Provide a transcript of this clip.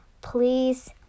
Please